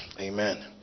Amen